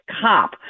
cop